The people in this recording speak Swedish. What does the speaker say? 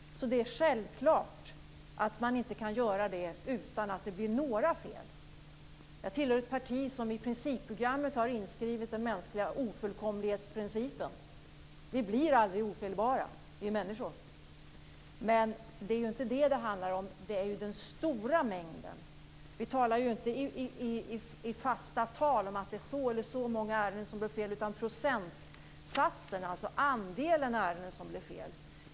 Det är självklart att det inte kan göras utan att det blir något fel. Jag tillhör ett parti som i principprogrammet har inskrivit den mänskliga ofullkomlighetsprincipen. Vi människor blir aldrig ofelbara. Det är inte detta det handlar om. Det är den stora mängden. Vi talar inte i fasta tal om att det är si eller så många ärenden där det blir fel utan om procentsatser, alltså andelen ärenden som blir fel.